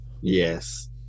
Yes